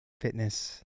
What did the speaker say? fitness